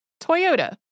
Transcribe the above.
Toyota